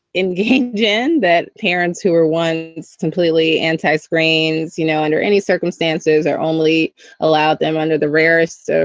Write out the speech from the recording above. engage in, that parents who were once completely anti screens you know under any circumstances are only allowed them under the rarest, so